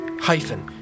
hyphen